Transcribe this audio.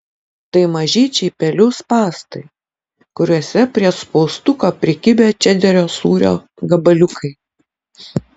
tai mažyčiai pelių spąstai kuriuose prie spaustuko prikibę čederio sūrio gabaliukai